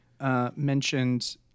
mentioned